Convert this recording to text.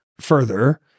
further